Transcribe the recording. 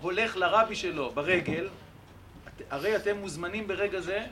הולך לרבי שלו ברגל הרי אתם מוזמנים ברגע זה